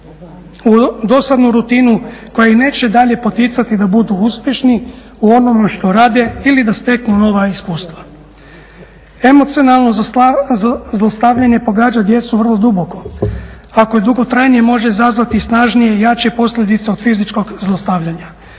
u dosadnu rutinu koja ih neće dalje poticati da budu uspješni u onome što rade ili da steknu nova iskustva. Emocionalno zlostavljanje pogađa djecu vrlo duboko. Ako je dugotrajnije može izazvati snažnije i jače posljedice od fizičkog zlostavljanja.